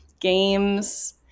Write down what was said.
games